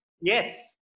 Yes